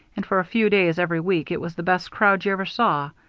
and for a few days every week it was the best crowd you ever saw.